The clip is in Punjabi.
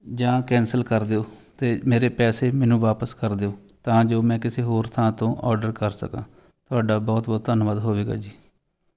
ਜਾਂ ਕੈਂਸਲ ਕਰ ਦਿਉ ਅਤੇ ਮੇਰੇ ਪੈਸੇ ਮੈਨੂੰ ਵਾਪਸ ਕਰ ਦਿਉ ਤਾਂ ਜੋ ਮੈਂ ਕਿਸੇ ਹੋਰ ਥਾਂ ਤੋਂ ਔਡਰ ਕਰ ਸਕਾਂ ਤੁਹਾਡਾ ਬਹੁਤ ਬਹੁਤ ਧੰਨਵਾਦ ਹੋਵੇਗਾ ਜੀ